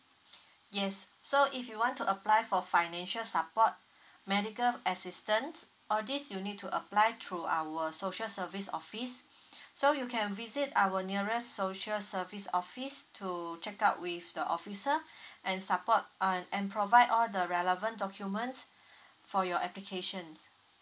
yes so if you want to apply for financial support medical assistance all these you need to apply through our social service office so you can visit our nearest social service office to check out with the officer and support uh and provide all the relevant documents for your application